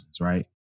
right